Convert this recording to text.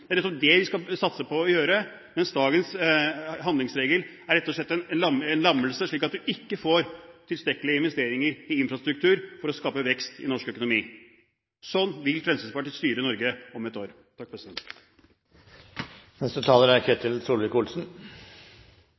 Det er nettopp det vi skal satse på å gjøre, mens dagens handlingsregel rett og slett er en lammelse, slik at vi ikke får tilstrekkelige investeringer i infrastruktur for å skape vekst i norsk økonomi. Sånn vil Fremskrittspartiet styre Norge om ett år! Neste taler er Ketil